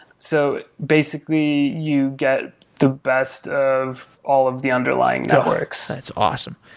so basically, you get the best of all of the underlying networks. that's awesome.